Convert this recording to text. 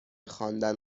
خواندن